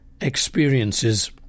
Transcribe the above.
experiences